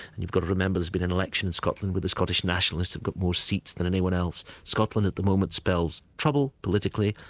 and you've got to remember there's been an election in scotland where the scottish nationalists have got more seats than anyone else. scotland at the moment spells trouble politically,